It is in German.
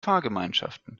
fahrgemeinschaften